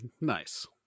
Nice